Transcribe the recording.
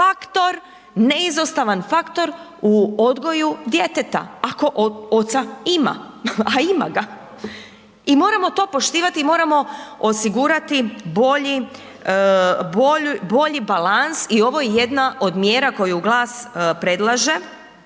faktor, neizostavan faktor u odgoju djeteta ako oca ima, a ima ga i moramo to poštivati i moramo osigurati bolji, bolji balans i ovo je jedna od mjera koju GLAS predlaže,